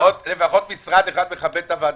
גם המשרד לביטחון פנים שלח נציגים.